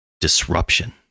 Disruption